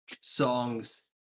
songs